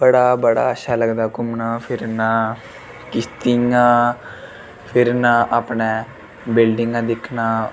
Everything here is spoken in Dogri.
बड़ा बड़ा अच्छा लगदा घूमना फिरना किश्तियां फिरना अपनै बिल्डिंगां दिक्खना